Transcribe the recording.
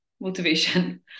motivation